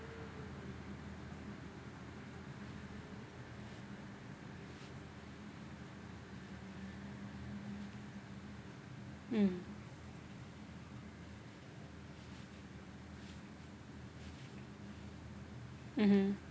mm mmhmm